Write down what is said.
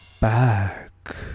back